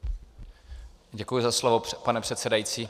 Děkuji za slovo, pane předsedající.